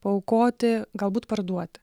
paaukoti galbūt parduoti